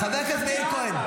חבר הכנסת מאיר כהן.